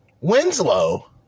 Winslow